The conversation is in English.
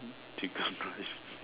chicken rice